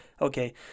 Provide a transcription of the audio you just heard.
okay